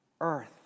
earth